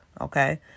okay